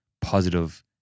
positive